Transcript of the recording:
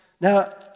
Now